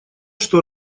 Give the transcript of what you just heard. что